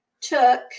took